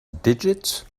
digits